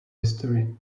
history